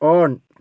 on